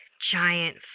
giant